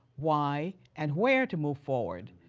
why, and where to move forward.